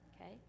okay